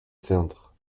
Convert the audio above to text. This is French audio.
centre